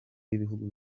w’ibihugu